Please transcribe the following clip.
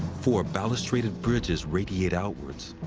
four balustrated bridges radiate outwards.